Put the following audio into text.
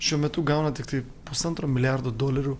šiuo metu gauna tiktai pusantro milijardo dolerių